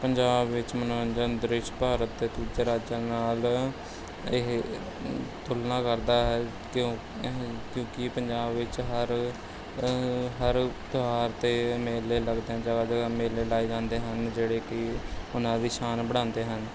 ਪੰਜਾਬ ਵਿੱਚ ਮਨੋਰੰਜਨ ਦ੍ਰਿਸ਼ ਭਾਰਤ ਦੇ ਦੂਜੇ ਰਾਜਾਂ ਨਾਲ ਇਹ ਤੁਲਨਾ ਕਰਦਾ ਹੈ ਕਿਉਂ ਕਿਉਂਕਿ ਪੰਜਾਬ ਵਿੱਚ ਹਰ ਹਰ ਤਿਉਹਾਰ 'ਤੇ ਮੇਲੇ ਲੱਗਦੇ ਹਨ ਜਗ੍ਹਾ ਜਗ੍ਹਾ ਮੇਲੇ ਲਗਾਏ ਜਾਂਦੇ ਹਨ ਜਿਹੜੇ ਕਿ ਉਹਨਾਂ ਦੀ ਸ਼ਾਨ ਵਧਾਉਂਦੇ ਹਨ